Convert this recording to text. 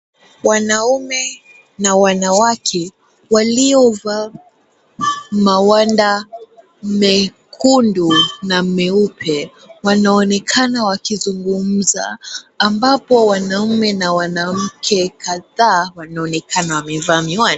Wanaume na wanawake waliovaa mawanda mekundu na meupe wanaonekana wakizungumza ambapo wanaume na wanamke kadhaa wanaonekana wamevaa miwani.